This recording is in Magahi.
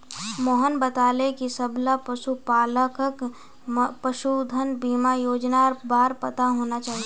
मोहन बताले कि सबला पशुपालकक पशुधन बीमा योजनार बार पता होना चाहिए